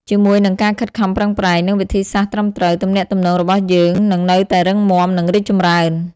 ការរក្សាទំនាក់ទំនងចម្ងាយឆ្ងាយទាមទារការប្តេជ្ញាចិត្តខ្ពស់ ភាពអត់ធ្មត់ និងការយល់ចិត្តគ្នាទៅវិញទៅមក។